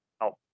help